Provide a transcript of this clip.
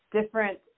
different